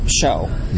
show